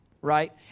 right